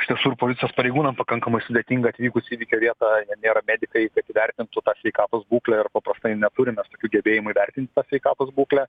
iš tiesų ir policijos pareigūnam pakankamai sudėtinga atvykus į įvykio vietą jie nėra medikai įvertintų tą sveikatos būklę ir paprastai neturim mes tokių gebėjimų įvertint tą sveikatos būklę